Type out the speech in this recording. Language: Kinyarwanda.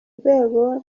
rwego